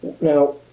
Now